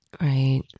Right